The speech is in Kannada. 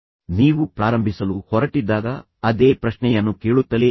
ನೀವು ಏನನ್ನಾದರೂ ಪ್ರಾರಂಭಿಸಲು ಹೊರಟಿದ್ದಾಗ ಅದೇ ಪ್ರಶ್ನೆಯನ್ನು ಕೇಳುತ್ತಲೇ ಇರಿ